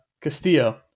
Castillo